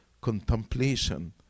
contemplation